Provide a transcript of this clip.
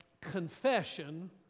confession